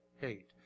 hate